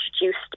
introduced